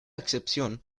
excepción